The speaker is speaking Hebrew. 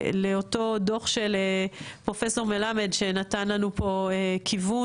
לאותו דוח של פרופ' מלמד נתן לנו פה כיוון,